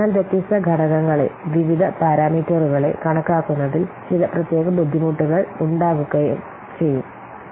അതിനാൽ വ്യത്യസ്ത ഘടകങ്ങളെ വിവിധ പാരാമീറ്ററുകളെ കണക്കാക്കുന്നതിൽ ചില പ്രത്യേക ബുദ്ധിമുട്ടുകൾ ഉണ്ടാക്കുകയും ചെയ്യും